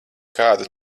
kādu